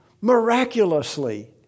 Miraculously